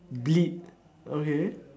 bleed okay